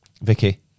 Vicky